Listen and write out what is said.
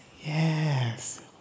yes